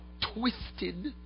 twisted